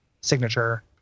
signature